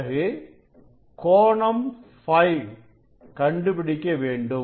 பிறகு கோணம்Φ கண்டுபிடிக்க வேண்டும்